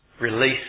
release